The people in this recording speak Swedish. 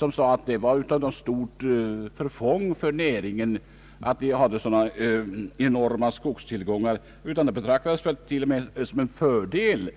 om att det skulle vara till stort förfång för näringen att staten hade sådana enorma skogstillgångar, utan det betraktades t.o.m. som en fördel.